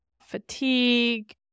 fatigue